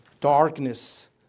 Darkness